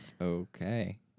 Okay